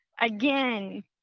again